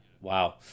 wow